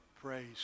Praise